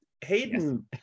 Hayden